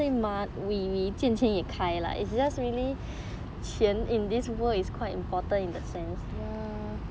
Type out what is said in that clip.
ya